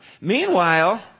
Meanwhile